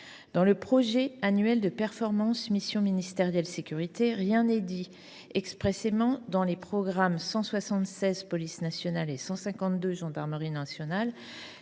Dans le projet annuel de performances de la mission ministérielle « Sécurités », rien n’est dit expressément dans les programmes 176 « Police nationale » et 152 « Gendarmerie nationale